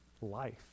life